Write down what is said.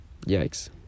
Yikes